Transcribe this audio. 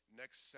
next